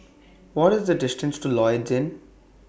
What IS The distance to Lloyds Inn